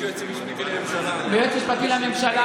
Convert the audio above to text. יש יועץ משפטי לממשלה.